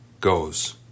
goes